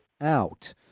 out